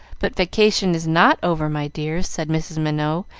but vacation is not over, my dears, said mrs. minot,